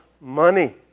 money